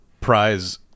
prize